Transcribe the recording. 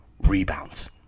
rebounds